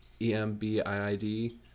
E-M-B-I-I-D